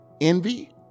envy